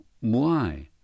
Why